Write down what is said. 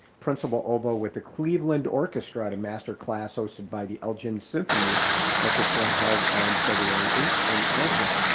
principal oboe with the cleveland orchestra at a masterclass hosted by the elgin symphony orchestra held on february eighth in elgin.